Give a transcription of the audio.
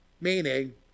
Meaning